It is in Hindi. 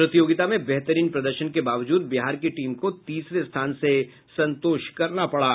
प्रतियोगिता में बेहतरीन प्रदर्शन के बावजूद बिहार की टीम को तीसरे स्थान से संतोष करना पड़ा